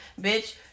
bitch